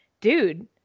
dude